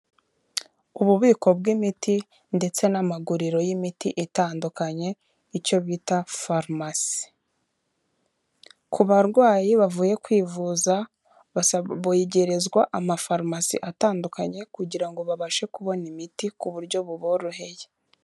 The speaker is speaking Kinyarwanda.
Ububiko bw'imiti ndetse n'amaguriro y'imiti itandukanye, icyo bita " Foromasi". Ku barwayi bavuye kwivuza begerezwa amafarumasi atandukanye kugira ngo babashe kubona imiti ku buryo buboroheye.